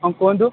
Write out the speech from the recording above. ହଁ କୁହନ୍ତୁ